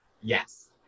Yes